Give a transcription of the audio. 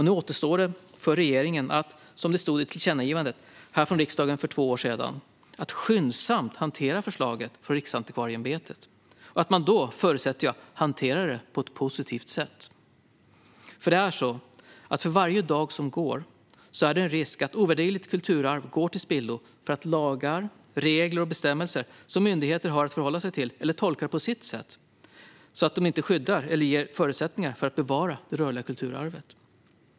Nu återstår det för regeringen att, som det stod i tillkännagivandet här från riksdagen för två år sedan, skyndsamt hantera förslaget från Riksantikvarieämbetet. Då förutsätter jag att man hanterar det på ett positivt sätt, därför att för varje dag som går är det en risk att ovärderligt kulturarv går till spillo för att de lagar, regler och bestämmelser som myndigheter har att förhålla sig till och tolka inte skyddar eller ger förutsättningar att bevara det rörliga kulturarvet.